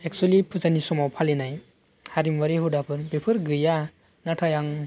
एक्सुलि फुजानि समाव फालिनाय हारिमायारि हुदाफोर बेफोर गैया नाथाय आं